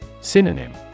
Synonym